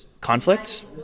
conflict